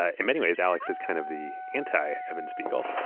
ah in many ways, alex is kind of the anti-evan spiegel.